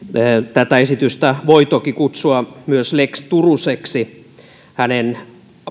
tätä esitystä voi toki kutsua myös lex turuseksi hänen